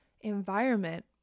environment